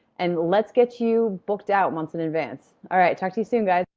and let's get you booked out months in advance. alright, talk to you soon guys!